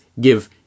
give